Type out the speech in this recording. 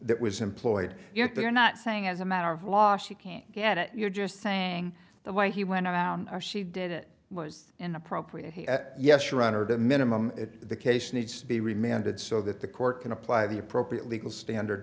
that was employed yet they are not saying as a matter of law she can't get it you're just saying the way he went around or she did it was inappropriate yes your honor the minimum the case needs to be remanded so that the court can apply the appropriate legal standard